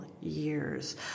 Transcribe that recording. years